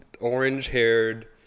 orange-haired